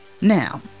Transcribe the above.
Now